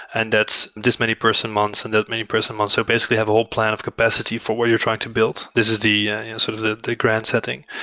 and that's this many person months and that many person months. so basically have a whole plan of capacity for where you're trying to build. this is the sort of the grant setting.